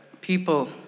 people